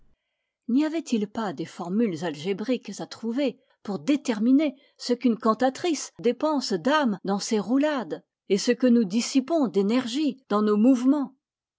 n'y avait-il pas des formules algébriques à trouver pour déterminer ce qu'une cantatrice dépense d'âme dans ses roulades et ce que nous dissipons d'énergie dans nos mouvements